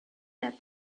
that